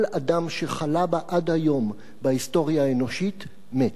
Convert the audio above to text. כל אדם שחלה בה עד היום בהיסטוריה האנושית מת.